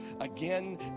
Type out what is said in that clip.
again